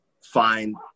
find –